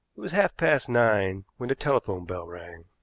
it was half-past nine when the telephone bell rang.